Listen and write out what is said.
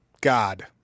God